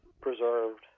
preserved